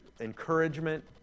encouragement